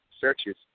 searches